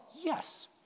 yes